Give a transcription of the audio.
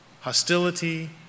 Hostility